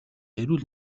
эрүүл